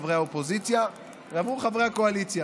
חברי האופוזיציה, ועבור חברי הקואליציה,